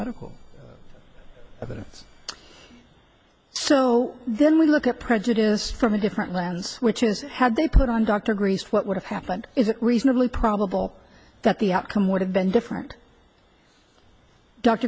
medical evidence so then we look at prejudice from a different lens which is had they put on dr greece what would have happened is it reasonably probable that the outcome would have been different